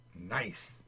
Nice